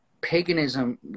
paganism